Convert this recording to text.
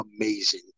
amazing